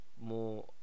more